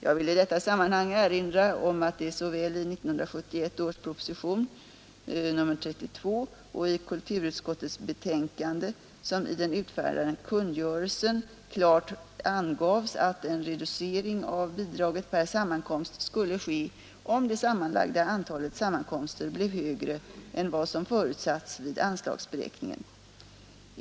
Jag vill i detta sammanhang erinra om att det såväl i 1971 års proposition och i kulturutskottets betänkande som i den utfärdade kungörelsen klart angavs att en reducering av bidraget per sammankomst skulle ske, om det sammanlagda antalet sammankomster blev högre än vad som förutsatts vid anslagsberäkningen.